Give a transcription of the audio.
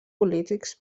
polítics